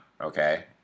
okay